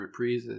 reprises